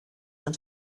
and